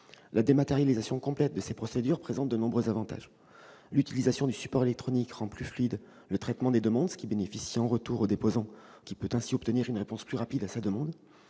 La dématérialisation complète de ces procédures présente de nombreux avantages. Ainsi, l'utilisation du support électronique rend plus fluide le traitement des dossiers, ce qui bénéficie en retour au déposant, lequel peut obtenir une réponse plus rapide à sa demande.